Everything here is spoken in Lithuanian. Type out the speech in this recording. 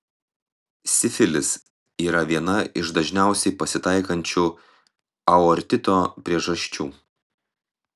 sifilis yra viena iš dažniausiai pasitaikančių aortito priežasčių